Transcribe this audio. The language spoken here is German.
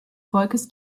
volkes